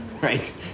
right